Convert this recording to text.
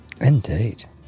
Indeed